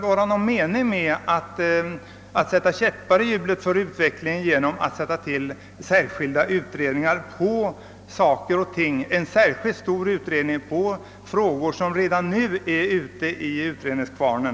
Vi inom utskottsmajoriteten kan inte finna att det är någon mening med att sätta en käpp i hjulet för utvecklingen genom särskilda utredningar rörande frågor som redan befinner sig under utredning.